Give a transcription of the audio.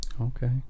okay